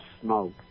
smoke